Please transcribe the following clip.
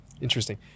Interesting